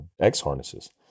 X-harnesses